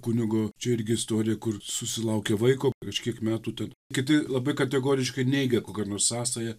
kunigo čia irgi istorija kur susilaukė vaiko kažkiek metų tad kiti labai kategoriškai neigia kokią nors sąsają